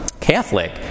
Catholic